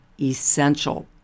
essential